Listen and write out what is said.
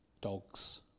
dogs